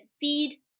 feed